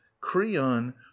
creon